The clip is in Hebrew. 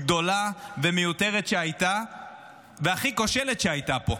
גדולה ומיותרת והכי כושלת שהייתה פה.